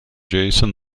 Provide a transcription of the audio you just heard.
jason